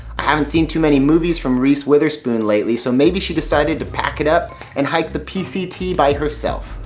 i haven't seen too many movies from reese witherspoon lately, so maybe she decided to pack it up and hike the p c t. by herself.